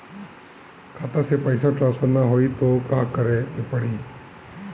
खाता से पैसा टॉसफर ना होई त का करे के पड़ी?